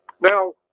Now